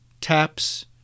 taps